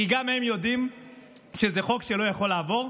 כי גם הם יודעים שזה חוק שלא יכול לעבור.